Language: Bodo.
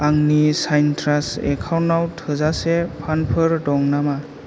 आंनि साइट्रास एकाउन्टाव थोजासे फान्डफोर दं नामा